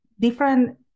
different